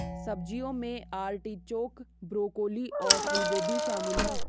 सब्जियों में artichoke, broccoli और फूलगोभी शामिल है